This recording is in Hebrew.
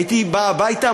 הייתי בא הביתה,